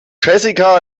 jessica